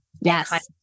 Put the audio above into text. yes